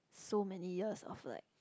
so many years of like